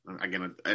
Again